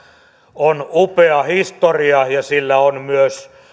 on upea historia ja sillä on myös